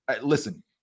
listen